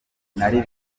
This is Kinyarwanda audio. nari